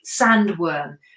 Sandworm